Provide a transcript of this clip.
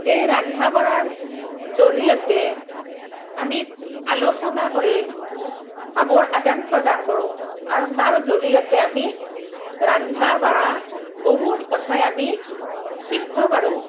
এই ৰন্ধা বঢ়াৰ জৰিয়তে আমি আলোচনা কৰি ভাৱৰ আদান প্ৰদান কৰোঁ আৰু তাৰ জৰিয়তে আমি ৰন্ধা বঢ়া বহুত কথাই আমি শিকিব পাৰোঁ